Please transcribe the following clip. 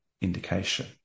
indication